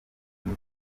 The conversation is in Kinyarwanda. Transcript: muri